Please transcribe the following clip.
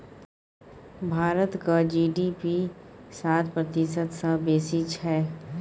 भारतक जी.डी.पी सात प्रतिशत सँ बेसी छै